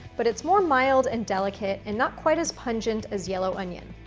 but it's more mild and delicate and not quite as pungent as yellow onion.